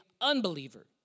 unbeliever